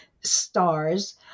stars